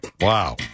Wow